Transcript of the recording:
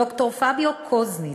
ד"ר פביו קוזניץ,